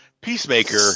Peacemaker